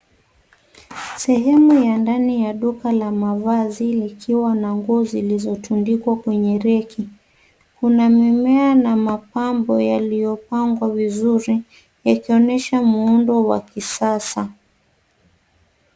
Sehemu ya ndani ya duka la mavazi likiwa na nguo zilizotundikwa kwenye reki. Kuna mimea na mapambo yaliyopangwa vizuri yakionesha muundo wa kisasa.